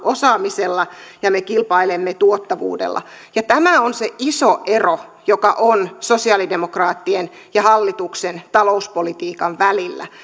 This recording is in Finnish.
osaamisella ja me kilpailemme tuottavuudella tämä on se iso ero joka on sosialidemokraattien ja hallituksen talouspolitiikan välillä